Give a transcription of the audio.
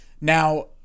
Now